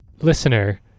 listener